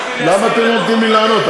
למה אתם לא נותנים לי לענות?